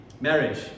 marriage